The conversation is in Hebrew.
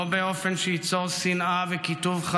לא באופן שייצור שנאה וקיטוב,